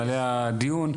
במעלה הדיון,